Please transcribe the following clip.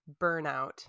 burnout